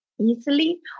easily